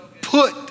put